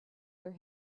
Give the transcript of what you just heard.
where